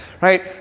Right